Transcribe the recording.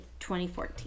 2014